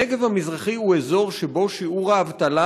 הנגב המזרחי הוא אזור שבו שיעור האבטלה